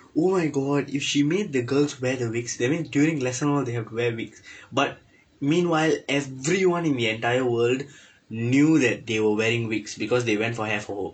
oh my god if she made the girls wear the wigs that means during lesson all they have to wear wigs but meanwhile everyone in the entire world knew that they were wearing wigs because they went for hair for hope